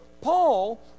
Paul